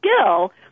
skill